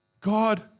God